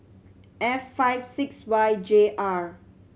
F five six Y J R